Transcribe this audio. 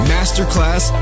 Masterclass